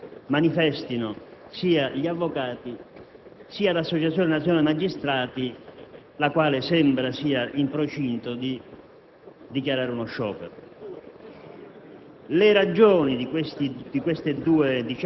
che oggi, contro questa riforma, manifestino sia gli avvocati sia l'Associazione nazionale magistrati, la quale sembra sia in procinto di proclamare uno sciopero.